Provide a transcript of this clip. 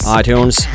iTunes